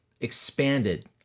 expanded